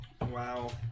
Wow